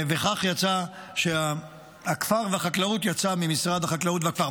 כך יצא שהכפר והחקלאות יצא ממשרד החקלאות והכפר.